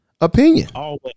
opinion